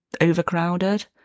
overcrowded